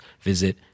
visit